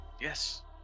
Yes